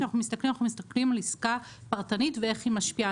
כשאנחנו מסתכלים אנחנו מסתכלים על עסקה פרטנית ואיך היא משפיעה?